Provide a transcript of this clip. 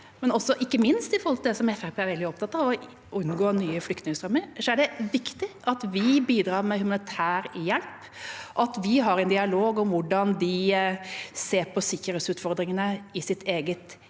som Fremskrittspartiet er veldig opptatt av, å unngå nye flyktningstrømmer – er det viktig at vi bidrar med humanitær hjelp, og at vi har en dialog om hvordan de ser på sikkerhetsutfordringene i sitt eget